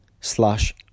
slash